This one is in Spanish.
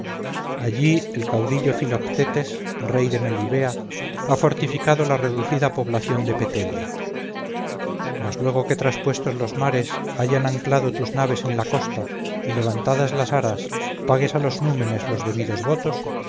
allí el caudillo filoctetes rey de melibea ha fortificado la reducida población de petelia mas luego que traspuestos los mares hayan anclado tus naves en la costa y levantadas las aras pagues a los númenes los debidos votos